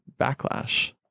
backlash